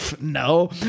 no